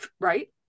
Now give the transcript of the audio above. right